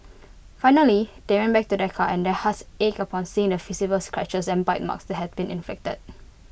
finally they went back to their car and their hearts ached upon seeing the visible scratches and bite marks that had been inflicted